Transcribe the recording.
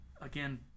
again